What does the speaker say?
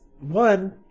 One